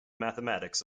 mathematics